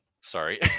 Sorry